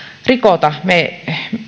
rikota me